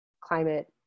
climate